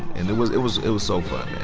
and it was it was it was so fun